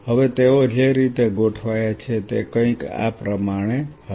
હવે તેઓ જે રીતે ગોઠવાયા છે તે કંઈક આ પ્રમાણે હશે